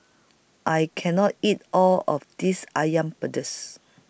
I can't eat All of This Asam Pedas